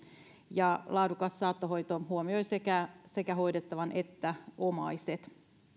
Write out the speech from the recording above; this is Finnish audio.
ja laadukas saattohoito huomioi sekä sekä hoidettavan että omaiset